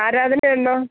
ആരാധന ഉണ്ടോ